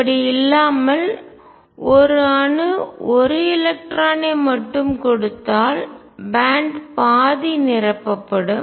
அப்படி இல்லாமல் ஒரு அணு ஒரு எலக்ட்ரான் ஐ மட்டும் கொடுத்தால் பேண்ட் பாதி நிரப்பப்படும்